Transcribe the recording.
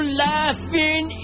laughing